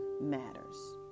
matters